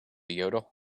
yodel